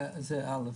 זה א'.